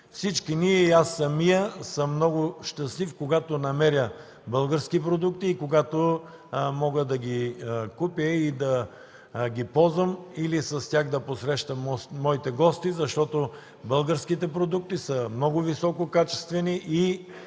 Всички ние и аз самият съм много щастлив, когато намеря български продукти, когато мога да ги закупя, да ги ползвам или с тях да посрещам моите гости. Защото българските продукти са много висококачествени